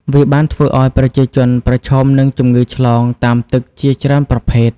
វាបានធ្វើឱ្យប្រជាជនប្រឈមនឹងជំងឺឆ្លងតាមទឹកជាច្រើនប្រភេទ។